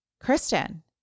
Kristen